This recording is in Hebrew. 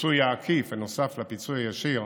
הפיצוי העקיף, הנוסף לפיצוי הישיר,